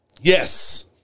Yes